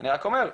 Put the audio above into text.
אני רק אומר,